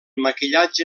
maquillatge